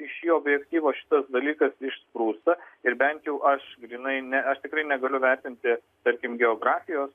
iš jų objektyvo šitas dalykas išsprūsta ir bent jau aš grynai ne aš tikrai negaliu vertinti tarkim geografijos